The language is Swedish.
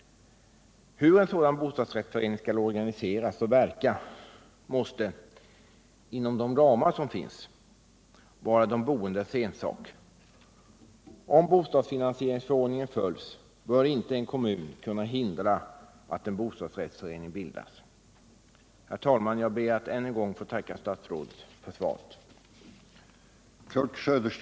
Hur en sådan bostadsrättsförening skall organiseras och verka måste, inom de ramar som finns, vara de boendes ensak. Om bostadsfinansieringsförord ningen följs bör inte en kommun kunna hindra att en bostadsrättsförening bildas. Herr talman! Jag ber att än en gång få tacka statsrådet för svaret.